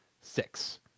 six